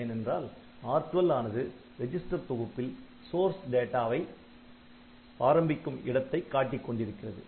ஏனென்றால் R12 ஆனது register தொகுப்பில் சோர்ஸ் டேட்டா ஆரம்பிக்கும் இடத்தை காட்டிக் கொண்டிருக்கிறது